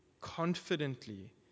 confidently